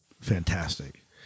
Fantastic